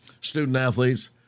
student-athletes